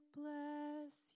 bless